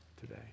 today